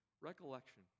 recollection